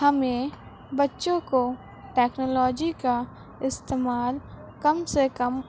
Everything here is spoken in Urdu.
ہمیں بچوں کو ٹکنالوجی کا استعمال کم سے کم